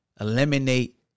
eliminate